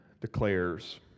declares